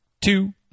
two